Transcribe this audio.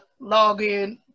login